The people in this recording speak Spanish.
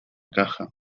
caja